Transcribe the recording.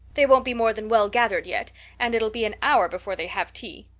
they won't be more than well gathered yet and it'll be an hour before they have tea.